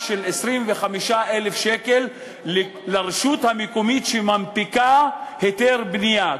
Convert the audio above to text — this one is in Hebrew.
של 25,000 שקל לרשות מקומית שמנפיקה היתר בנייה.